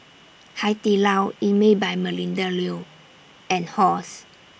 Hai Di Lao Emel By Melinda Looi and Halls